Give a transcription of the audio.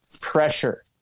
pressure